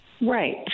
Right